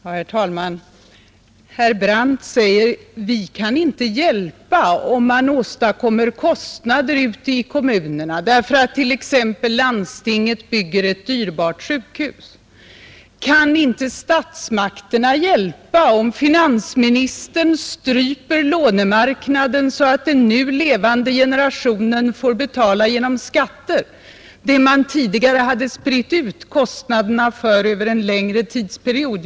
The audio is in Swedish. Herr talman! Herr Brandt säger: Vi kan inte hjälpa om man tar på sig kostnader ute i kommunerna därför att t.ex. landstinget bygger ett dyrbart sjukhus. Kan inte statsmakterna hjälpa om finansministern stryper lånemarknaden så att den nu levande generationen med skatter får betala vad man rätteligen genom lånefinansiering skulle sprida ut över en längre tidsperiod?